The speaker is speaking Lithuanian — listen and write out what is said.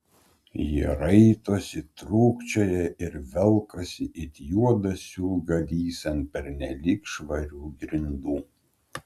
jie raitosi trūkčioja ir velkasi it juodas siūlgalys ant pernelyg švarių grindų